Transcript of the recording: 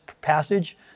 passage